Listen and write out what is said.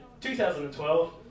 2012